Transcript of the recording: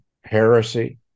heresy